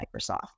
Microsoft